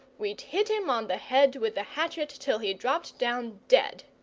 we'd hit him on the head with the hatchet till he dropped down dead.